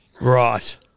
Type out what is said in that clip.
Right